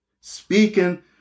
speaking